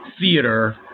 theater